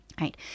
right